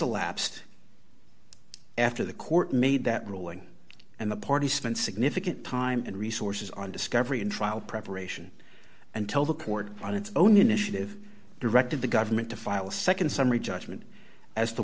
elapsed after the court made that ruling and the parties spent significant time and resources on discovery and trial preparation until the court on its own initiative directed the government to file a nd summary judgment as to